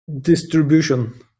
distribution